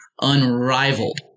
unrivaled